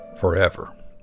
forever